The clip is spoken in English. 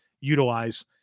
utilize